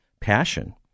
passion